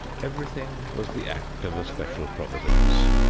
everything was the act of a special providence.